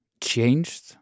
changed